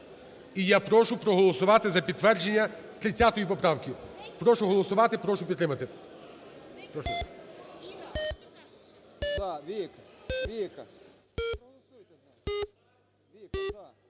і я прошу проголосувати за підтвердження 30 поправки. Прошу голосувати. Прошу підтримати.